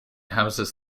houses